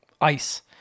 ice